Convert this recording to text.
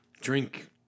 Drink